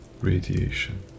radiation